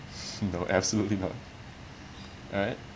s~ no absolutely not alright